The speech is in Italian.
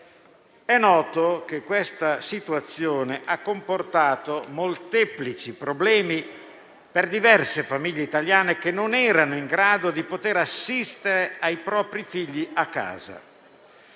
È noto che questa situazione ha comportato molteplici problemi per diverse famiglie italiane, che non erano in grado di assistere i propri figli a casa.